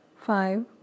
five